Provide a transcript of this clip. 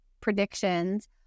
predictions